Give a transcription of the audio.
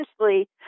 essentially